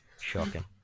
shocking